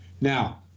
Now